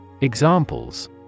Examples